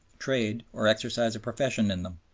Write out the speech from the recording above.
trade or exercise a profession in them.